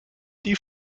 die